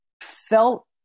felt